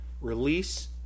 release